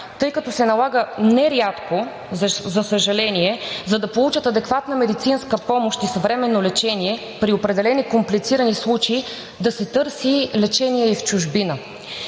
тъй като нерядко се налага, за съжаление, за да получат адекватна медицинска помощ и съвременно лечение при определени комплицирани случаи да се търси лечение и в чужбина?